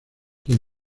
quien